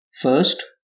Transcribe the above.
First